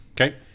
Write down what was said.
Okay